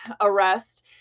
arrest